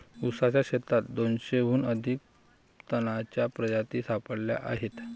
ऊसाच्या शेतात दोनशेहून अधिक तणांच्या प्रजाती सापडल्या आहेत